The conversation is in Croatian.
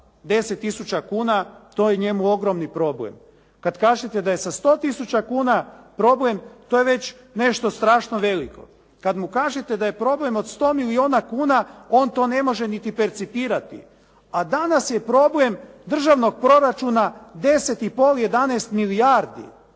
tisuća kuna, to je njemu ogromni problem. Kada kažete da je sa 100 tisuća kuna problem, to je već nešto strašno veliko. Kada mu kažete da je problem od 100 milijuna kuna, on to ne može niti percipirati. A danas je problem državnog proračuna 10,5, 11 milijardi.